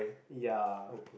ya